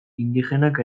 indigenak